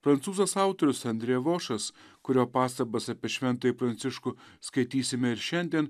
prancūzas autorius andre vošas kurio pastabas apie šventąjį pranciškų skaitysime ir šiandien